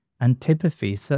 antipathy